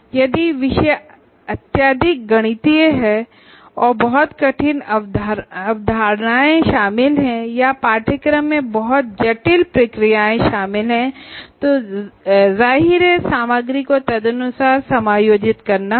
यदि विषय अत्यधिक गणितीय है और बहुत कठिन अवधारणाएं शामिल हैं या कोर्स में बहुत जटिल प्रक्रियाएं शामिल हैं तो जाहिर है सामग्री को तदनुसार समायोजित करना होगा